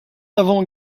avant